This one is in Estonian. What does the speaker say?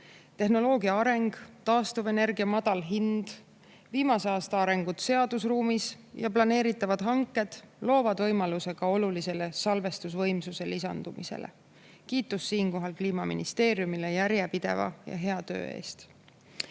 Tehnoloogia areng, taastuvenergia madal hind, viimase aasta areng seadusruumis ja planeeritavad hanked loovad ka olulise salvestusvõimsuse lisandumise võimaluse. Siinkohal kiitus Kliimaministeeriumile järjepideva ja hea töö eest.